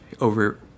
over